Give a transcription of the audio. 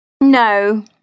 No